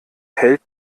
hält